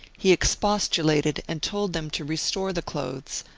he expostulated and told them to restore the clothes,